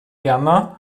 erna